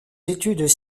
études